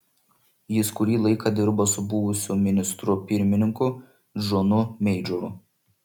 jis kurį laiką dirbo su buvusiu ministru pirmininku džonu meidžoru